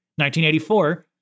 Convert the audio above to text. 1984